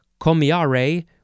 comiare